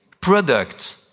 products